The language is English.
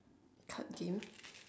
card games